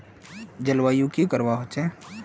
जलवायु की करवा होचे?